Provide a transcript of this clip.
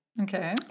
okay